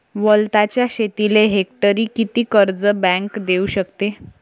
वलताच्या शेतीले हेक्टरी किती कर्ज बँक देऊ शकते?